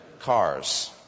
Cars